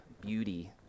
beauty